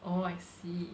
oh I see